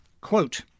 Quote